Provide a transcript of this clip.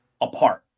apart